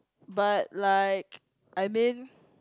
but like I mean